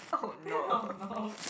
eh no no